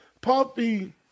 Puffy